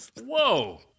Whoa